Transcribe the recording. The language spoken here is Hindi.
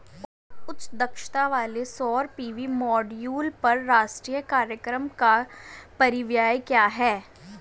उच्च दक्षता वाले सौर पी.वी मॉड्यूल पर राष्ट्रीय कार्यक्रम का परिव्यय क्या है?